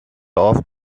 off